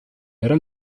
era